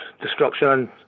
Destruction